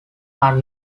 are